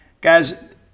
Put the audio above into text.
Guys